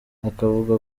akavuga